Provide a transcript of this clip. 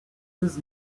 this